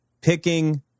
picking